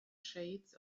shades